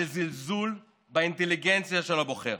זה זלזול באינטליגנציה של הבוחר.